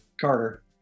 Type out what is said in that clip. Carter